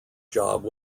job